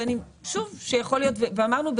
ואמרנו,